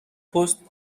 پست